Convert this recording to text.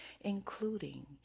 including